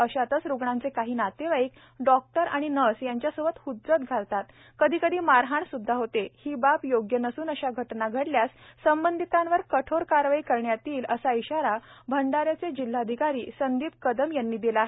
अशातच रुग्णांचे काही नातेवाईक डॉक्टर व नर्स यांच्यासोबत हज्जत घालतात कधी कधी मारहाण सुद्धा करतात ही बाब योग्य नसून अशा घटना घडल्यास संबंधितांवर कठोर कारवाई करण्यात येईल असा इशारा भंडाऱ्याचे जिल्हाधिकारी संदीप कदम यांनी दिला आहे